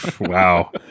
Wow